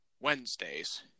Wednesdays